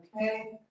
Okay